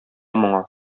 моңа